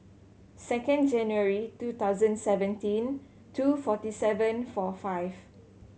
second January two thousand seventeen two forty seven four five